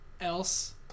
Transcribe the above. else